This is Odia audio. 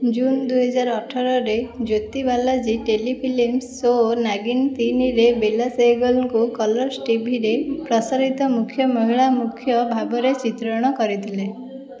ଜୁନ୍ ଦୁଇ ହଜାର ଅଠରରେ ଜ୍ୟୋତି ବାଲାଜୀ ଟେଲିଫିଲ୍ମସ୍ ଶୋ ନାଗିନ୍ ତିନିରେ ବେଲା ସେହଗଲଙ୍କୁ କଲର୍ସ ଟିଭିରେ ପ୍ରସାରିତ ମୁଖ୍ୟ ମହିଳା ମୁଖ୍ୟ ଭାବରେ ଚିତ୍ରଣ କରିଥିଲେ